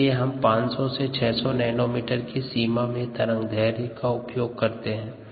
इसलिए हम 500 से 600 नैनोमीटर की सीमा में तरंग दैर्ध्य का उपयोग करते है